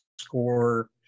score